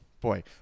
boy